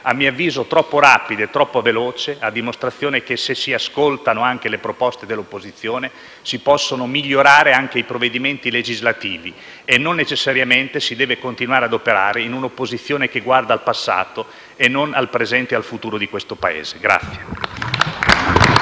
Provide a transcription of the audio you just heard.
a mio avviso troppo rapida - a dimostrazione che, se si ascoltano anche le proposte dell'opposizione, si possono migliorare i provvedimenti legislativi e non necessariamente si deve continuare a operare in un'opposizione che guarda al passato e non al presente e al futuro di questo Paese.